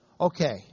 Okay